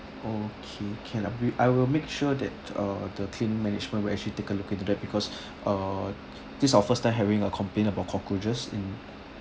okay can I will make sure that uh the team management will actually take a look into that because uh this our first time having a complaint about cockroaches in